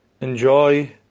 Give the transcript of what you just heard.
enjoy